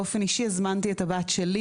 באופן אישי הזמנתי את הבת שלי